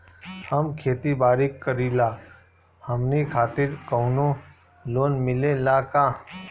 हम खेती बारी करिला हमनि खातिर कउनो लोन मिले ला का?